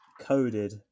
coded